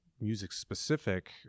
music-specific